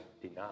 deny